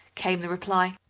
came the reply.